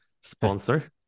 sponsor